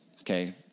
Okay